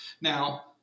Now